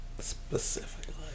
specifically